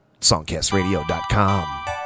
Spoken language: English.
songcastradio.com